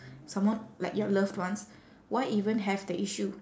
someone like your loved ones why even have that issue